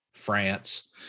France